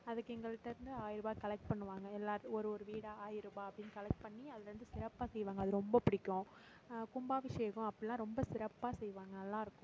அதுக்கு எங்கள்கிட்டேர்ந்து ஆயிரம் ரூபாய் கலெக்ட் பண்ணுவாங்க எல்லா ஒரு ஒரு வீடாக ஆயிரம் ரூபாய் அப்படின்னு கலெக்ட் பண்ணி அதுலேருந்து சிறப்பாக செய்வாங்க அது ரொம்ப பிடிக்கும் கும்பாபிஷேகம் அப்போல்லாம் ரொம்ப சிறப்பாக செய்வாங்க நல்லா இருக்கும்